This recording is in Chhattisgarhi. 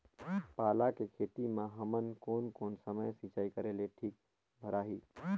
पाला के खेती मां हमन कोन कोन समय सिंचाई करेले ठीक भराही?